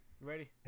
Ready